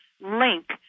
link